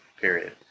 Period